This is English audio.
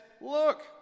look